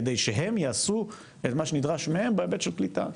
כדי שהם יעשו את מה שנדרש מהם בהיבט של קליטה,